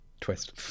Twist